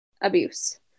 abuse